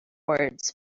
words